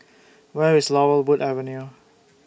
Where IS Laurel Wood Avenue